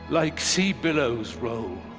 like sea billows roll,